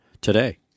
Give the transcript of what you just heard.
today